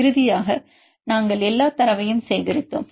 இறுதியாக நாங்கள் எல்லா தரவையும் சேகரித்தோம்